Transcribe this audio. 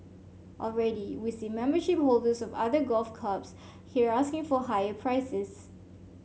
already we see membership holders of other golf clubs here asking for higher prices